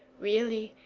really,